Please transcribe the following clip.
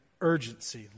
urgency